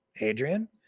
Adrian